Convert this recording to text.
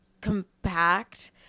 compact